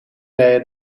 leien